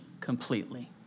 completely